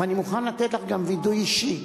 ואני מוכן לתת לך גם וידוי אישי.